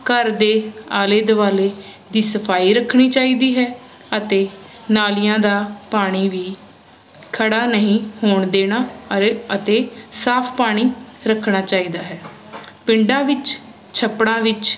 ਘਰ ਦੇ ਆਲੇ ਦੁਆਲੇ ਦੀ ਸਫ਼ਾਈ ਰੱਖਣੀ ਚਾਈਦੀ ਹੈ ਅਤੇ ਨਾਲ਼ੀਆਂ ਦਾ ਪਾਣੀ ਵੀ ਖੜ੍ਹਾ ਨਹੀਂ ਹੋਣ ਦੇਣਾ ਅਤੇ ਅਤੇ ਸਾਫ਼ ਪਾਣੀ ਰੱਖਣਾ ਚਾਈਦਾ ਹੈ ਪਿੰਡਾਂ ਵਿੱਚ ਛੱਪੜਾਂ ਵਿੱਚ